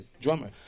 drummer